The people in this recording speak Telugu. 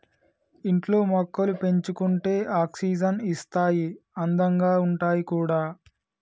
ఇంట్లో మొక్కలు పెంచుకుంటే ఆక్సిజన్ ఇస్తాయి అందంగా ఉంటాయి కూడా